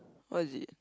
what is it